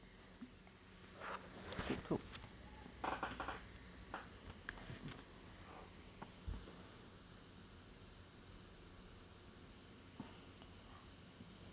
to